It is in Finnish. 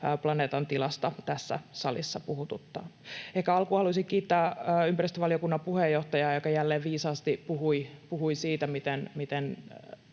planeetan tilasta tässä salissa puhututtaa. Ehkä alkuun haluaisin kiittää ympäristövaliokunnan puheenjohtajaa, joka jälleen viisaasti puhui siitä, miten